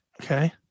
okay